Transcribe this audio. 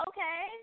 Okay